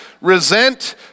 resent